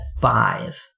five